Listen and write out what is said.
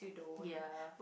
ya